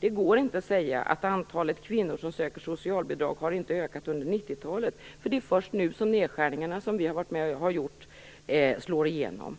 Det går inte att säga att antalet kvinnor som söker socialbidrag inte har ökat under 90-talet, därför att det är först nu som de nedskärningar som vi har gjort slår igenom.